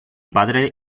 padre